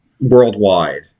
worldwide